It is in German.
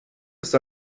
ist